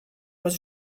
was